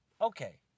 Okay